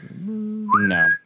No